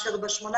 בשם